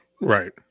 Right